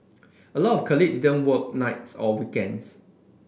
a lot of colleague didn't work nights or weekends